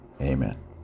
Amen